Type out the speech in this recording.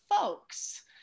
folks